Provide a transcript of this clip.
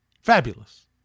Fabulous